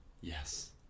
Yes